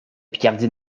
picardie